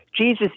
Jesus